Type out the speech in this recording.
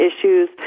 issues